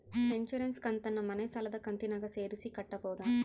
Insurance ಕಂತನ್ನ ಮನೆ ಸಾಲದ ಕಂತಿನಾಗ ಸೇರಿಸಿ ಕಟ್ಟಬೋದ?